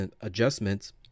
adjustments